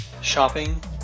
Shopping